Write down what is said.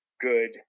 good